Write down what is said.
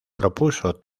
propuso